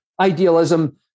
Idealism